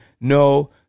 no